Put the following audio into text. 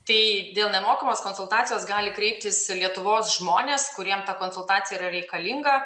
tai dėl nemokamos konsultacijos gali kreiptis lietuvos žmonės kuriem ta konsultacija yra reikalinga